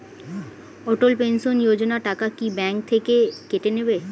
অটল pension Yojana টাকা কি bank থেকে কেটে নেবে?